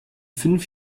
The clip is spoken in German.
fünf